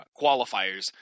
qualifiers